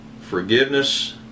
Forgiveness